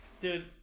Dude